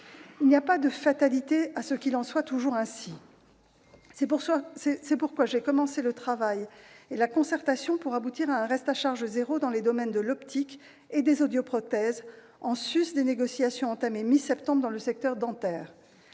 Il n'y a pas de fatalité à ce qu'il en soit toujours ainsi. C'est pourquoi j'ai commencé le travail et la concertation pour aboutir à un reste à charge « zéro » dans les domaines de l'optique et des audioprothèses, en sus des négociations entamées à la mi-septembre dans le secteur dentaire.